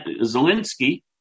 Zelensky